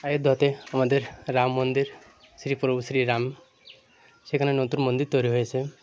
অযোধ্যাতে আমাদের রাম মন্দির শ্রী প্রভু শ্রী রাম সেখানে নতুন মন্দির তৈরি হয়েছে